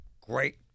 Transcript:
Great